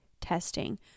testing